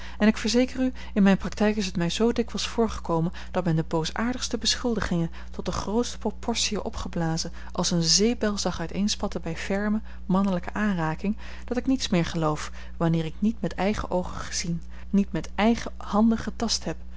en ik verzeker u in mijne praktijk is het mij zoo dikwijls voorgekomen dat men de boosaardigste beschuldigingen tot de grootste proportiën opgeblazen als een zeepbel zag uiteenspatten bij ferme mannelijke aanraking dat ik niets meer geloof wanneer ik niet met eigen oogen gezien niet met eigen handen getast heb